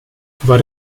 war